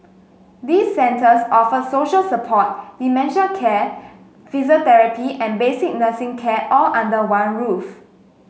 these centres offer social support dementia care physiotherapy and basic nursing care all under one roof